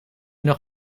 nog